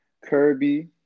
Kirby